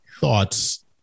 thoughts